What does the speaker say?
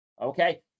okay